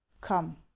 come